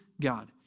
God